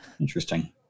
Interesting